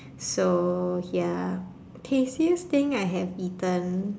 so ya tastiest thing I have eaten